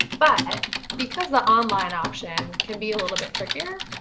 but because the online option can be a little bit tricker,